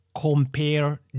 compare